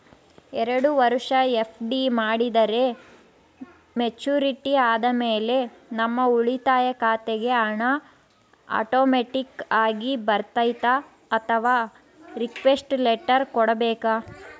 ಎರಡು ವರುಷ ಎಫ್.ಡಿ ಮಾಡಿದರೆ ಮೆಚ್ಯೂರಿಟಿ ಆದಮೇಲೆ ನಮ್ಮ ಉಳಿತಾಯ ಖಾತೆಗೆ ಹಣ ಆಟೋಮ್ಯಾಟಿಕ್ ಆಗಿ ಬರ್ತೈತಾ ಅಥವಾ ರಿಕ್ವೆಸ್ಟ್ ಲೆಟರ್ ಕೊಡಬೇಕಾ?